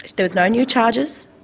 there were no new charges,